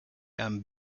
and